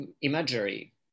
imagery